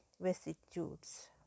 vicissitudes